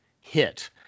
hit